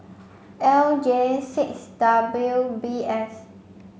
L J six W B S